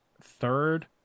third